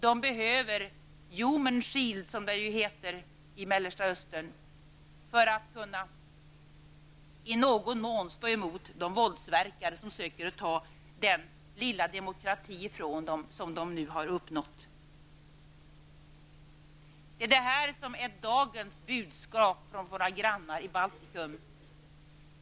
De behöver ''human shield'', som det ju heter i Mellersta Östern, för att i någon mån stå emot de våldsverkare som försöker att ta den lilla demokrati som de har uppnått ifrån dem. Det är detta som är dagens budskap från våra grannar i Baltikum.